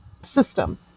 System